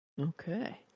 Okay